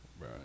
Right